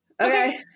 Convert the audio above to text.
Okay